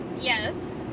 Yes